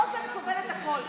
האוזן סובלת הכול,